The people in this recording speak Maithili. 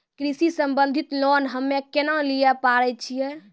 कृषि संबंधित लोन हम्मय केना लिये पारे छियै?